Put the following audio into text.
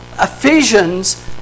Ephesians